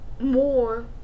more